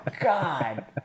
God